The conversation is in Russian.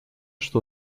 что